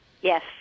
Yes